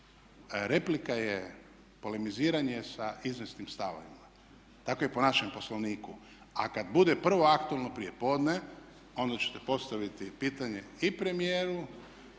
replika je polemiziranje sa izvjesnim stavovima. Tako i po našem Poslovniku. A kad bude prvo aktualno prijepodne onda ćete postavite pitanje i premijeru